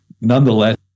nonetheless